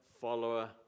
follower